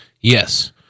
Yes